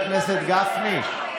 נכון, כי לא נותנים לגברים,